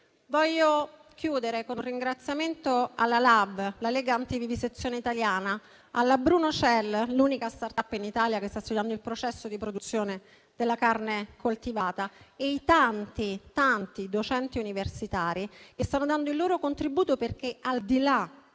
Voglio chiudere con un ringraziamento alla Lega antivivisezione italiana (LAV), alla Bruno Cell, ossia l'unica *startup* in Italia che sta studiando il processo di produzione della carne coltivata, e ai tanti, tanti docenti universitari che stanno dando il loro contributo perché, al di là